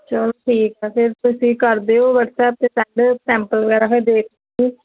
ਚਲੋ ਠੀਕ ਆ ਫਿਰ ਤੁਸੀਂ ਕਰ ਦਿਓ ਵਟਸਐਪ 'ਤੇ ਸੈਂਡ ਸੈਂਪਲ ਵਗੈਰਾ ਫਿਰ ਦੇਖ ਕੇੇ